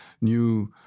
new